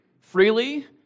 freely